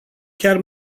chiar